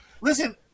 Listen